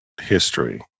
history